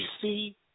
see